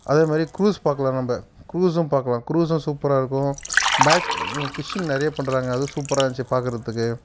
அதே மாதிரி க்ரூஸ் பார்க்கலாம் நம்ம க்ரூஸ்ஸும் பார்க்கலாம் க்ரூஸ்ஸும் சூப்பராக இருக்கும் பேக் பிஷ்ஷிங் நிறைய பண்ணுறாங்க அதுவும் சூப்பராக இருந்துச்சு பார்க்குறதுக்கு